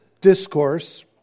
discourse